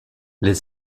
les